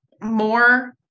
more